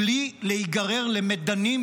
בלי להיגרר למדנים,